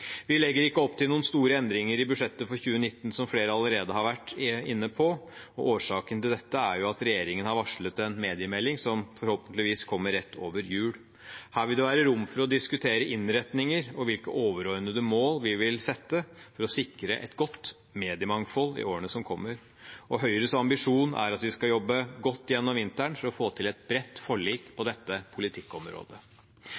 Vi legger ikke opp til noen store endringer i budsjettet for 2019, som flere allerede har vært inne på, og årsaken til dette er at regjeringen har varslet en mediemelding, som forhåpentligvis kommer rett over jul. Her vil det være rom for å diskutere innretninger og hvilke overordnede mål vi vil sette for å sikre et godt mediemangfold i årene som kommer. Høyres ambisjon er at vi skal jobbe godt gjennom vinteren for å få til et bredt forlik på